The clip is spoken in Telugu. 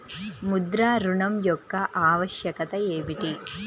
ముద్ర ఋణం యొక్క ఆవశ్యకత ఏమిటీ?